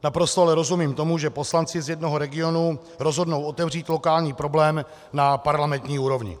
Naprosto ale rozumím tomu, že poslanci z jednoho regionu rozhodnou otevřít lokální problém na parlamentní úrovni.